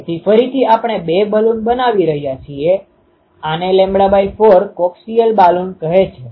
તેથી ફરીથી આપણે બે બલૂન બનાવી રહ્યા છીએ આને λ4 કોક્સિયલ બાલુન કહે છે